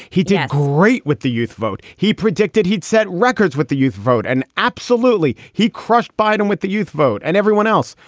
he did rate with the youth vote. he predicted he'd set records with the youth vote. and absolutely, he crushed biden with the youth vote and everyone else.